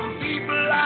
people